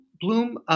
Bloom